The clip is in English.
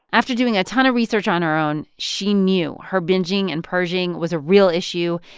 after doing a ton of research on her own, she knew her bingeing and purging was a real issue,